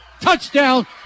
Touchdown